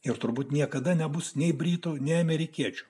ir turbūt niekada nebus nei britų nei amerikiečių